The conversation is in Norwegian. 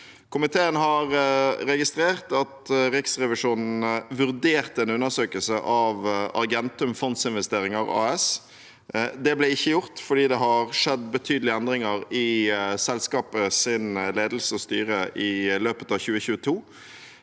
Komiteen har registrert at Riksrevisjonen vurderte en undersøkelse av Argentum Fondsinvesteringer AS. Det ble ikke gjort fordi det har skjedd betydelige endringer i selskapets ledelse og styre i løpet av 2022.